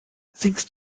singst